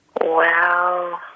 Wow